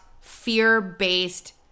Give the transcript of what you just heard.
fear-based